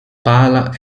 pala